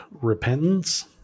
repentance